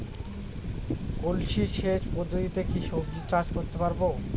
কলসি সেচ পদ্ধতিতে কি সবজি চাষ করতে পারব?